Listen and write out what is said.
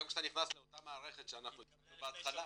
היום כשאתה נכנס לאותה מערכת שהצגנו בהתחלה --- היא התקבלה לפני שבוע,